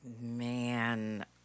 Man